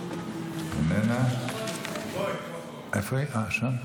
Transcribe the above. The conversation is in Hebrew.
שגריר ארצות הברית היוצא טום ניידס,